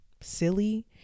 silly